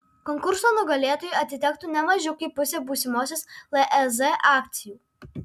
konkurso nugalėtojui atitektų ne mažiau kaip pusė būsimosios lez akcijų